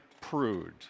prude